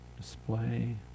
Display